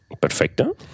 Perfecto